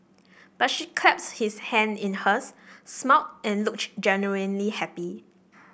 but she clasped his hands in hers smiled and looked genuinely happy